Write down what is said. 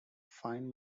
find